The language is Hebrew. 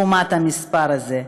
לעומת זה,